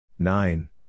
Nine